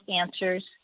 answers